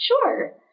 Sure